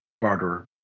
barterer